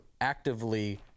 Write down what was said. actively